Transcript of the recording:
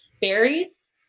berries